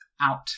out